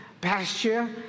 pasture